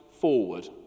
forward